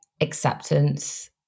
acceptance